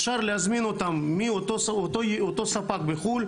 אפשר להזמין אותם מאותו ספק בחוץ לארץ,